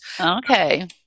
Okay